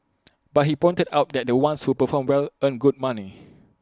but he pointed out that the ones who perform well earn good money